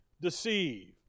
deceive